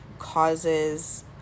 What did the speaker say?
causes